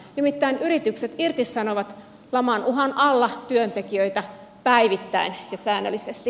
nimittäin yritykset irtisanovat laman uhan alla työntekijöitä päivittäin ja säännöllisesti